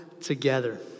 together